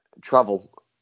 travel